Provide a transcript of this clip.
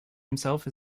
himself